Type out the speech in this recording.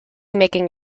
making